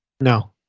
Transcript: No